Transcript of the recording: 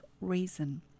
Reason